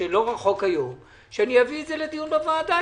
שלא רחוק היום שאביא את זה לדיון בוועדה,